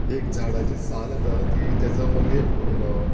एक झाडाची साल येता ती तेजो लेप करून लावप